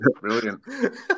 brilliant